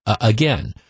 again